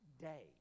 day